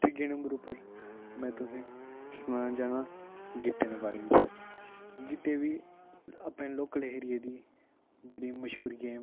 त्रियै नंबर उप्पर में तुसेंगी सनाना चाह्न्नां गीह्टें दे बारै च गीह्टे बी अपने लोकल एरिया दी बड़ी मशहूर गेम